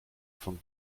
von